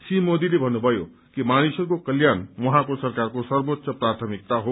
श्री मोदीले भव्रुमयो कि मानिसहरूको कल्याण उहाँको सरकारको सर्वोच्च प्राथमिकता हो